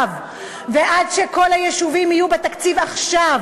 ועד שכל היישובים יהיו בתקציב עכשיו,